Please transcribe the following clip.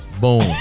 Boom